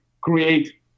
create